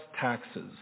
taxes